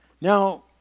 Now